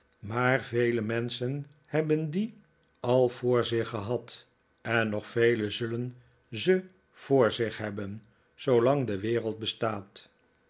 maar vele menschen hebben die al voor zich gehad en nog velen zullen ze voor zich hebben zoolang de wereld bestaat